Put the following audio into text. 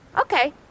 Okay